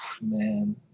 Man